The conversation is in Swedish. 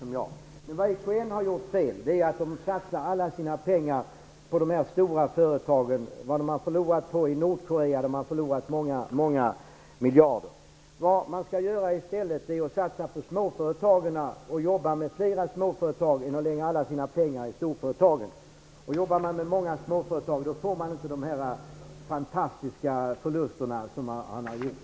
Herr talman! Karin Falkmer vet svaret lika bra som jag. EKN satsar sina pengar på de stora företagen, som har förlorat många miljarder i Nordkorea. EKN borde satsa på småföretagen i stället för att lägga alla pengar i storföretagen. Jobbar man med många småföretag, får man inte de fantastiska förluster som man nu har gjort.